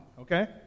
Okay